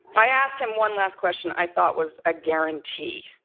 i asked him one last question i thought was a guarantee